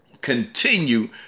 continue